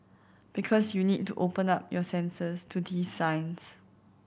because you need to open up your senses to these signs